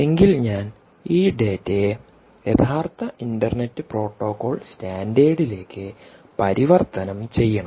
എങ്കിൽ ഞാൻ ഈ ഡാറ്റയെ യഥാർത്ഥ ഇൻറർനെറ്റ് പ്രോട്ടോക്കോൾ സ്റ്റാൻഡേർഡിലേക്ക് പരിവർത്തനം ചെയ്യണം